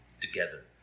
together